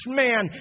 man